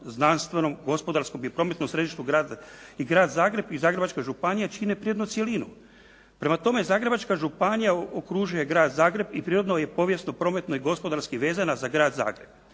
znanstvenom, gospodarskom i prometno središtu. I grad Zagreb i Zagrebačka županija čine prirodnu cjelinu. Prema tome, Zagrebačka županija okružuje grad Zagreb i prirodno je povijesno, prometno i gospodarski vezana za grad Zagreb.